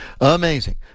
Amazing